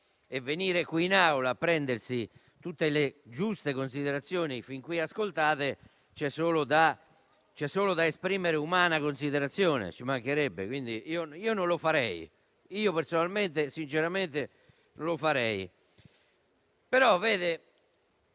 e viene qui in Aula a prendersi tutte le giuste considerazioni fin qui ascoltate, c'è solo da esprimere umana considerazione, ci mancherebbe. Personalmente io non lo farei.